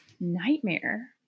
nightmare